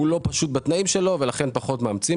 הוא לא פשוט בתנאים שלו ולכן פחות מאמצים